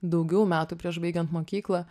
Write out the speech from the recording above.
daugiau metų prieš baigiant mokyklą